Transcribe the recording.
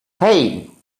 hey